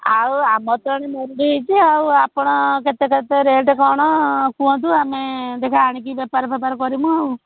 ଆଉ ଆମର ତ ଏଠି ମରୁଡ଼ି ହେଇଛି ଆଉ ଆପଣ କେତେ ରେଟ୍ କ'ଣ କୁହନ୍ତୁ ଆମେ ଦେଖିଆ ଆଣିକି ବେପାର ଫେପାର କରି ମୁଁ ଆଉ